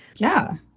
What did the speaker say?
yeah,